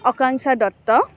আকাংক্ষা দত্ত